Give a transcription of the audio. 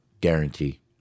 Guarantee